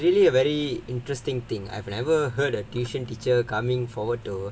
if you can ya but it's really a very interesting thing I've never heard a tuition teacher coming forward to